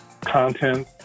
content